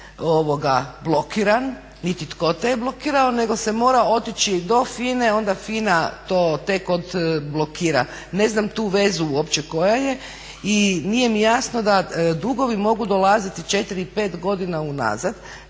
blokiran niti tko te je blokirao nego se mora otići do FINA-e onda FINA to tek odblokira. Ne znam tu vezu uopće koja je. I nije mi jasno da dugovi mogu dolaziti 4, 5 godina unazad.